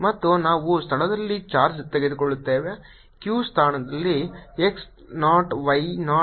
ಮತ್ತು ನಾವು ಸ್ಥಾನದಲ್ಲಿ ಚಾರ್ಜ್ ತೆಗೆದುಕೊಳ್ಳುತ್ತೇವೆ q ಸ್ಥಾನದಲ್ಲಿ x ನಾಟ್ y ನಾಟ್